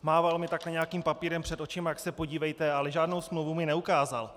Mával mi takhle nějakým papírem před očima, tak se podívejte, ale žádnou smlouvu mi neukázal.